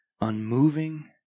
unmoving